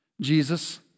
Jesus